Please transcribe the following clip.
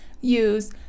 use